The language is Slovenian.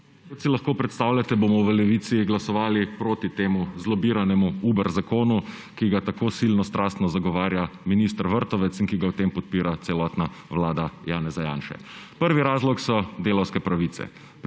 Kot si lahko predstavljate, bomo v Levici glasovali proti temu »zlobiranemu« Uber zakonu, ki ga tako silno strastno zagovarja minister Vrtovec in ki ga v tem podpira celotna Vlada Janeza Janše. Prvi razlog so delavske pravice.